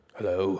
Hello